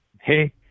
hey